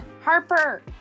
Harper